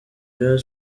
rayon